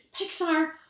Pixar